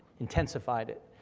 intensified it.